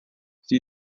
sie